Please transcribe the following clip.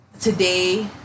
today